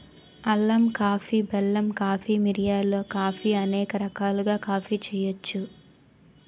అల్లం కాఫీ బెల్లం కాఫీ మిరియాల కాఫీ అనేక రకాలుగా కాఫీ చేయొచ్చు